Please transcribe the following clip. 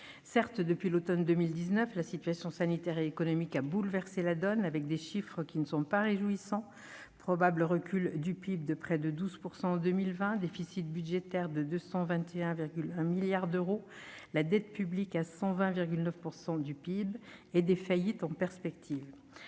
Certes, depuis l'automne 2019, la situation sanitaire et économique a bouleversé la donne. Les chiffres ne sont pas réjouissants : probable recul de près de 12 % du PIB en 2020, déficit budgétaire de 221,1 milliards d'euros, dette publique s'élevant à 120,9 % du PIB, nombreuses faillites en perspective